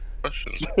questions